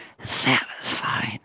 satisfied